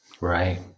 Right